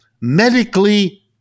medically